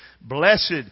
Blessed